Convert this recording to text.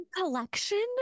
collection